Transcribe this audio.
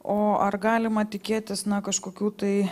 o ar galima tikėtis na kažkokių tai